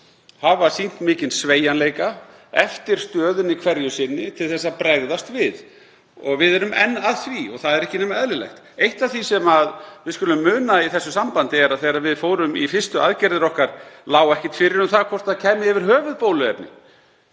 hafa sýnt mikinn sveigjanleika eftir stöðunni hverju sinni til að bregðast við, og við erum enn að því og það er ekki nema eðlilegt. Eitt af því sem við skulum muna í þessu sambandi er að þegar við fórum í fyrstu aðgerðir okkar lá ekkert fyrir um það hvort bóluefni kæmi yfir höfuð. Menn